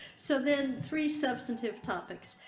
so then three substantive topics.